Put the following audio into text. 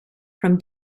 from